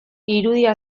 irudia